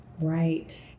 Right